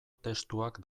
testuak